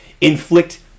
inflict